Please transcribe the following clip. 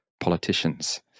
politicians